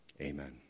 Amen